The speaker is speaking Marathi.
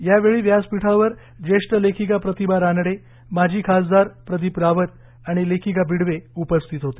यावेळी व्यासपीठावर ज्येष्ठ लेखिका प्रतिभा रानडे माजी खासदार प्रदीप रावत आणि लेखिका बिडवे उपस्थित होते